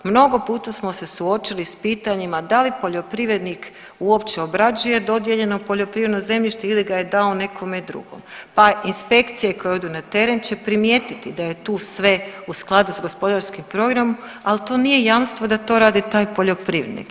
Mnogo puta smo se suočili s pitanjima da li poljoprivrednik uopće obrađuje dodatno poljoprivredno zemljište ili ga je dao nekome drugom, pa inspekcije koje odu na teren će primijetiti da je tu sve u skladu s gospodarskim programom, ali to nije jamstvo da to radi taj poljoprivrednik.